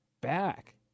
back